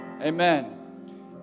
amen